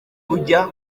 kujya